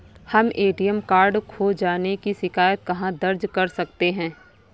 हम ATM card खो जाने की शिकायत कहाँ दर्ज कर सकते हैं?